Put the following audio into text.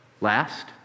Last